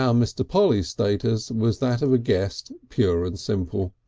um mr. polly's status was that of a guest pure and simple,